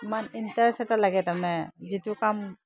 ইমান ইণ্টাৰেষ্ট এটা লাগে তাৰমানে যিটো কাম